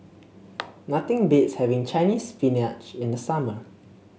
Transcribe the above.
nothing beats having Chinese Spinach in the summer